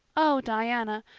oh, diana,